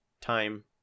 time